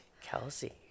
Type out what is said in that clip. Kelsey